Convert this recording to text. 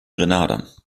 grenada